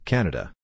Canada